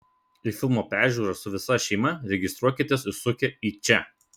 į filmo peržiūrą su visa šeima registruokitės užsukę į čia